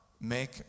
make